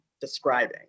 describing